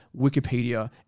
Wikipedia